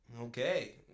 Okay